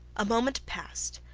a moment passed,